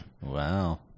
Wow